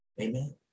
Amen